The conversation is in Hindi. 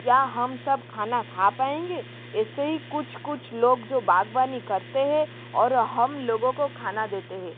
क्या हम सब खाना खा पाएँगे ऐसे ही कुछ कुछ लोग जो बागबानी करते है और हम लोगों को खाना देते है